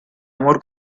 amor